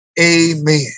amen